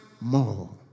more